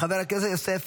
חבר הכנסת יוסף